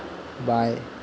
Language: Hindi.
बाएँ